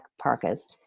parkas